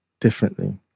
differently